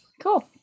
Cool